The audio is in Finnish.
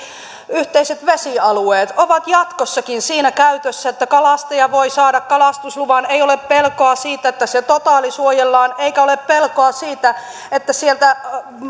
yhteiset vesialueet ovat jatkossakin siinä käytössä että kalastaja voi saada kalastusluvan ei ole pelkoa siitä että se totaalisuojellaan eikä ole pelkoa siitä että